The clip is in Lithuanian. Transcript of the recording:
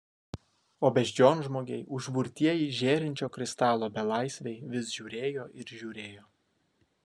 o beždžionžmogiai užburtieji žėrinčio kristalo belaisviai vis žiūrėjo ir žiūrėjo